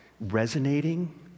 resonating